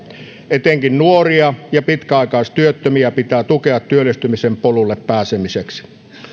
etenkin nuoria ja pitkäaikaistyöttömiä pitää tukea työllistymisen polulle pääsemiseksi